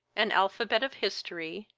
an alphabet of history,